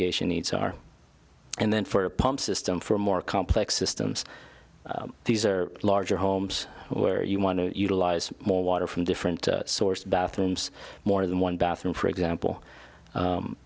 geisha needs are and then for a pump system for more complex systems these are larger homes where you want to utilize more water from different source bathrooms more than one bathroom for example